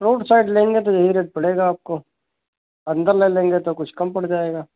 road side लेंगे तो यही रेट पड़ेगा आपको अन्दर ले लेंगे तो कुछ कम पड़ जाएगा